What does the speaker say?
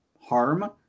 harm